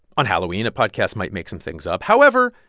on halloween, a podcast might make some things up. however,